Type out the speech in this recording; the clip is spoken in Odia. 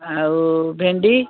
ଆଉ ଭେଣ୍ଡି